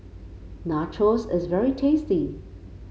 nachos is very tasty